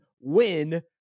win